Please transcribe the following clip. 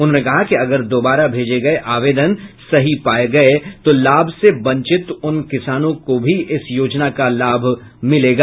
उन्होंने कहा कि अगर दोबारा भेजे गये आवेदन सही पाये गये तो लाभ से वंचित उन किसानों को भी इस योजना का लाभ मिलेगा